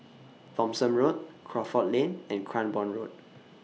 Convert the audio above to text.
Thomson Road Crawford Lane and Cranborne Road